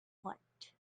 want